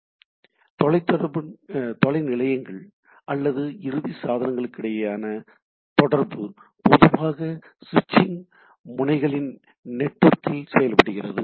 எனவே தொலைநிலை நிலையங்கள் அல்லது இறுதி சாதனங்களுக்கிடையேயான தொடர்பு பொதுவாக ஸ்விட்சிங் முனைகளின் நெட்வொர்க்கில் செய்யப்படுகிறது